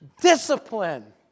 discipline